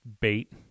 bait